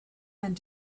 and